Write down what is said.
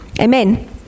Amen